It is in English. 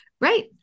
Right